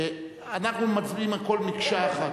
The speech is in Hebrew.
אנחנו מצביעים על הכול מקשה אחת.